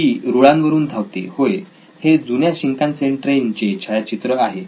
ती रुळांवरून धावते होय हे जुन्या शिंकांसेन ट्रेन चे छायाचित्र आहे